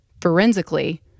forensically